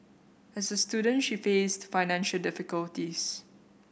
as a student she faced financial difficulties